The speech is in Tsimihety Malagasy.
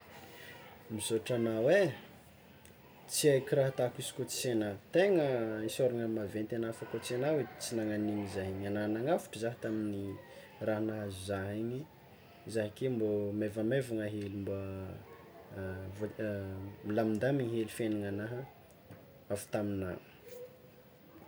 Misaotra anao e! Tsy aiko raha ataoko izy koa tsisy anao, tegna isaorana maventy anao fa koa tsy anao edy tsy nagnanio zah, anao nagnavotry zah tamin'ny raha nahazo zah igny zah ake mbô maivamaivagna hely mba voa- milamindamigny hely fiaignananahy avy tamina.